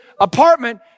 apartment